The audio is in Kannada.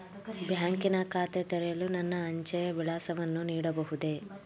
ಬ್ಯಾಂಕಿನ ಖಾತೆ ತೆರೆಯಲು ನನ್ನ ಅಂಚೆಯ ವಿಳಾಸವನ್ನು ನೀಡಬಹುದೇ?